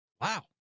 Wow